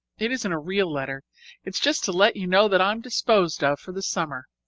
it isn't a real letter it's just to let you know that i'm disposed of for the summer.